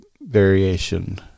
variation